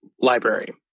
library